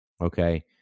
Okay